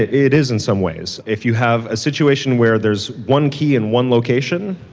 it is in some ways. if you have a situation where there's one key in one location,